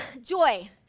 joy